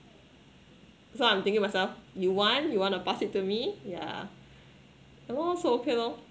so I'm thinking myself you want you want to pass it to me yeah so I'm okay lor